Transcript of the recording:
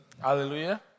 Hallelujah